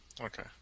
Okay